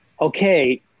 okay